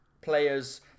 players